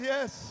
Yes